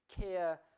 care